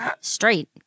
Straight